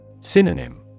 Synonym